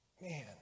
Man